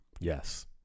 Yes